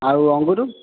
ଆଉ ଅଙ୍ଗୁରୁ